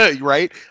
Right